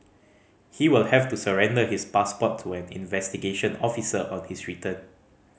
he will have to surrender his passport to an investigation officer on his return